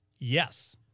Yes